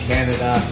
Canada